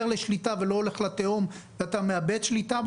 לשליטה ולא הולך לתהום ומאבד שליטה.